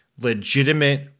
legitimate